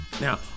Now